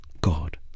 God